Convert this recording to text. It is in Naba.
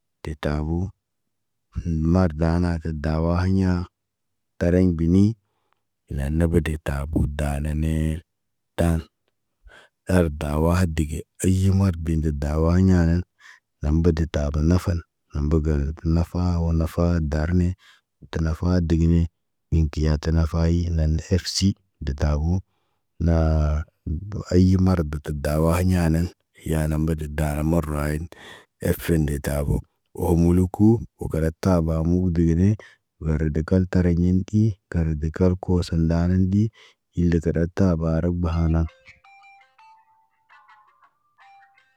Detabo, mardana kə dawahiɲa. Tariɲ binii, na nə bodə tabo tanaanee ta. Ardawa dige ay mot bədə dawaɲa. Lamba de tabo nafan, lambo gə, tə nafaa wo nafaa darne. Tə nafa digini, iŋgiya ta fayi nan na efsi detabo. Naabə ayi marad də tə dawaahiɲa nan. Yana mbadə daara maraway efen nde tabo. Wo muluku, wo kala taba mukdeni. Ə rədəkan tariɲinti, karade karkosan ndana ɗi.